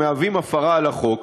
שהוא הפרה על החוק?